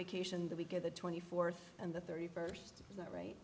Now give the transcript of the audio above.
vacation that we get the twenty fourth and the thirty first is that right